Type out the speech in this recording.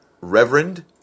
Reverend